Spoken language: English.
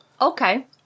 Okay